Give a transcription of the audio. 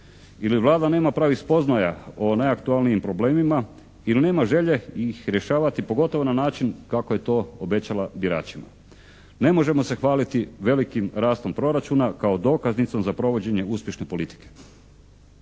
Ili Vlada nema pravih spoznaja o najaktualnijim problemima ili nema želje ih rješavati pogotovo na način kako je to obećala biračima. Ne možemo se hvaliti velikim proračuna kao dokaznicom za provođenje uspješna politike.